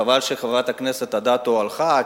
חבל שחברת הכנסת אדטו הלכה,